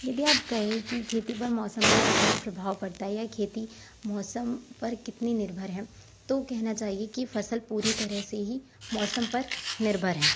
यदि आप कहें कि खेती पर मौसम का कितना प्रभाव पड़ता है या खेती मौसम पर कितनी निर्भर है तो कहना चाहिए कि फ़सल पूरी तरह से ही मौसम पर निर्भर है